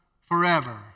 forever